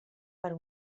per